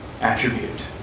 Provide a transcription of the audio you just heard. attribute